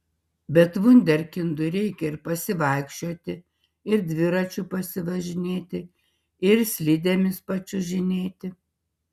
bet vunderkindui reikia ir pasivaikščioti ir dviračiu pasivažinėti ir slidėmis pačiuožinėti